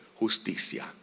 justicia